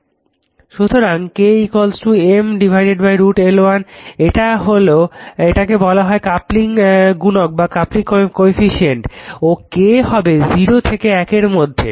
√ সুতরাং k M √ L1 এটাকে বলা হয় ক্যাপলিং গুণক ও K হবে 0 থেকে 1 এর মধ্যে